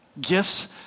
Gifts